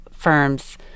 firms